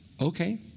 Okay